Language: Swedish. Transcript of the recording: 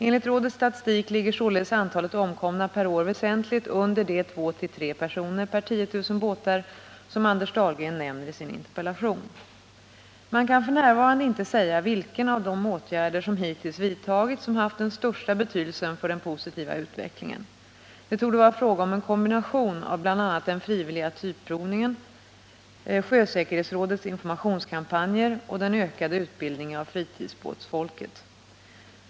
Enligt rådets statistik ligger således antalet omkomna per år väsentligt under de 2-3 personer per 10 000 båtar som Anders Dahlgren nämner i sin interpellation. Man kan f. n. inte säga vilken av de åtgärder som hittills vidtagits som haft den största betydelsen för den positiva utvecklingen. Det torde vara fråga om en kombination av bl.a. den frivilliga typprovningen, sjösäkerhetsrådets informationskampanjer och den ökade utbildningen av fritidsbåtsfolket.